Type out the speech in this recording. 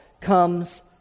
comes